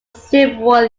several